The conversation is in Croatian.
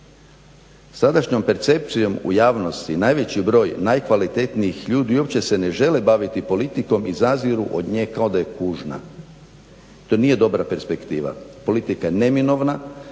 Sadašnjom percepcijom u javnosti najveći broj najkvalitetnijih ljudi i uopće se ne žele baviti politikom i zaziru od nje kao da je kužna. to nije dobra perspektiva. Politika je neminovna